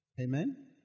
Amen